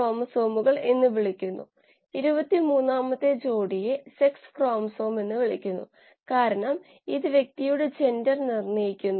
കൊണ്ട് സൂചിപ്പിക്കുന്നു ഇവയെല്ലാംകൂടി ഒന്നിന് തുല്യമാണ് കാരണം ഇവയെല്ലാം ഭിന്നസംഖ്യകളാണ്